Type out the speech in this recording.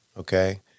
okay